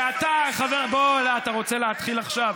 ואתה, חבר, בוא, אתה רוצה להתחיל עכשיו?